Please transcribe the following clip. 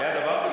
היה דבר כזה?